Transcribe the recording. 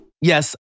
Yes